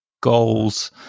goals